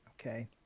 Okay